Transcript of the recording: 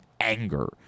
anger